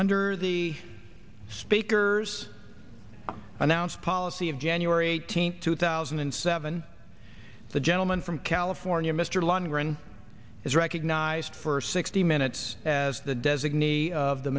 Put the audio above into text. under the speaker's announced policy of january eighteenth two thousand and seven the gentleman from california mr lundgren is recognized for sixty minutes as the designee of the